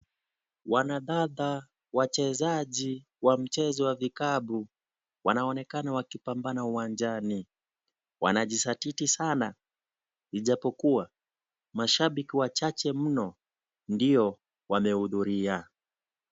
Wanadada wachezaji wa mchezo wa vikapu wanaonekana wakipambana uwanjani. Wanajisatiti sana ijapokuwa mashabiki wachache mno ndio wamehudhuria.